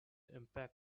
impact